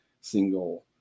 single